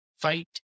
fight